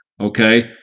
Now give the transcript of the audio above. okay